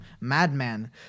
madman